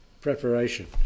preparation